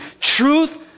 truth